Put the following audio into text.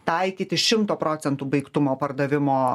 taikyti šimto procentų baigtumo pardavimo